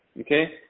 Okay